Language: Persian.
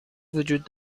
وجود